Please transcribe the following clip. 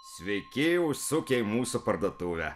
sveiki užsukę į mūsų parduotuvę